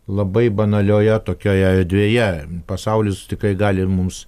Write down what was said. labai banalioje tokioje erdvėje pasaulis tikrai gali mums